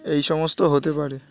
এই সমস্ত হতে পারে